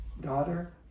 daughter